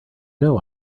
know